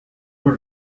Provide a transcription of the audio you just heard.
were